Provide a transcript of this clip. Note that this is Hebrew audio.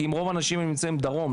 כי אם רוב האנשים נמצאים דרום,